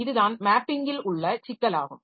இதுதான் மேப்பிங்கில் உள்ள சிக்கல் ஆகும்